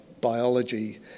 biology